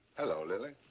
hello, lily.